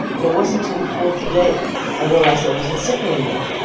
and it wasn't till the fourth day i realized i wasn't sick anymore.